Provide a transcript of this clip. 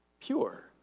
pure